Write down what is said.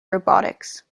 robotics